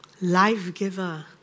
life-giver